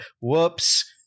whoops